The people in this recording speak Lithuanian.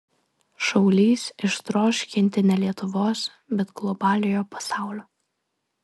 šaulys išdroš ginti ne lietuvos bet globaliojo pasaulio